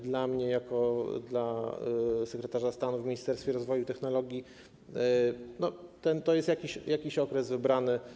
Dla mnie jako dla sekretarza stanu w Ministerstwie Rozwoju i Technologii to jest jakiś okres wybrany.